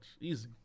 Easy